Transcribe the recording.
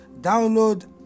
download